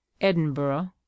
edinburgh